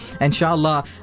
Inshallah